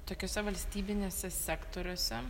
tokiose valstybinėse sektoriuose